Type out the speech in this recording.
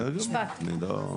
בסדר גמור.